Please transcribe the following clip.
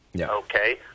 okay